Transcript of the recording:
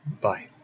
bye